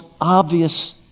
obvious